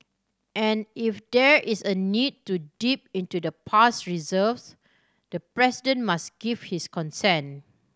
and if there is a need to dip into the past reserves the President must give his consent